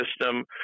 system